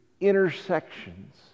Intersections